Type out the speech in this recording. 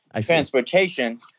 transportation